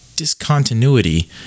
discontinuity